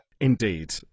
Indeed